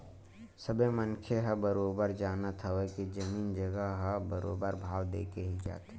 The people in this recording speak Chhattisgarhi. सबे मनखे ह बरोबर जानत हवय के जमीन जघा ह बरोबर भाव देके ही जाथे